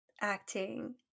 acting